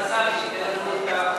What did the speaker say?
כדי שהשאילתה תהיה מושלמת,